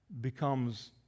becomes